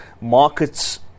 markets